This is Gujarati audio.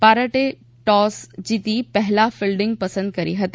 ભારતે ટોસ જીતી પહેલાં ફિલ્ડિંગ પસંદ કરી હતી